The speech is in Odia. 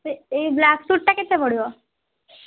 ସେ ଏଇ ବ୍ଲାକ୍ ସୁଟ୍ଟା କେତେ ପଡ଼ିବ